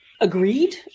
agreed